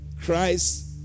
Christ